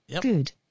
Good